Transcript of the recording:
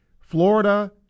Florida